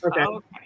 Okay